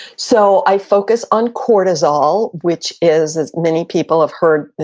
so i focus on cortisol, which is, as many people have heard,